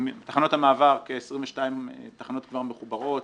תחנות המעבר כ-22 תחנות כבר מחוברות,